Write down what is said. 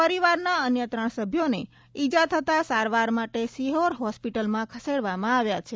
પરિવારના અન્ય ત્રણ સભ્યોને ઇજા થતા સારવાર માટે સિહોર હોસ્પિટલમાં ખસેડવામાં આવ્યા છે